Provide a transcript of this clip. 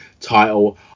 title